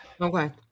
Okay